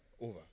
over